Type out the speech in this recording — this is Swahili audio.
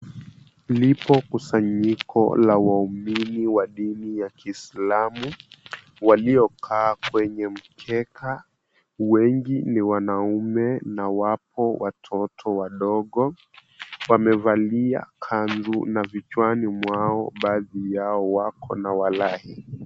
Lipo kusanyiko la waumini wa dini ya kiislamu waliokaa kwenye mkeka, wengi ni wanaume na wapo watoto wadogo, wamevalia kanzu na vichwani mwao baadhi yao wako na walahi.